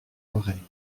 oreilles